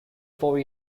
four